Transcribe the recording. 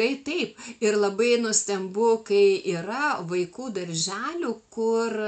tai taip ir labai nustembu kai yra vaikų darželių kur